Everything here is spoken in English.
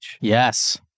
Yes